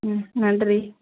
ம் நன்றி